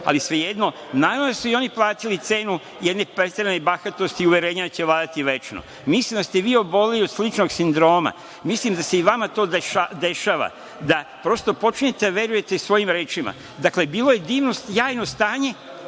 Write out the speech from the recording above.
ali svejedno, naravno da su i oni platili cenu jedne preterane bahatosti i uverenja da će vladati večno. Mislim da ste vi oboleli od sličnog sindroma. Mislim da se i vama to dešava da prosto počinjete da verujete svojim rečima. Dakle, bilo je divno, sjajno stanje,